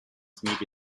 smith